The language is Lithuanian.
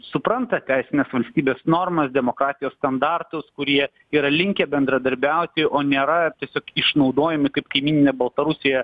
supranta teisinės valstybės normas demokratijos standartus kurie yra linkę bendradarbiauti o nėra tiesiog išnaudojami kaip kaimyninė baltarusija